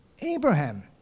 Abraham